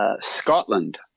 Scotland